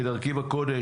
כדרכי בקודש,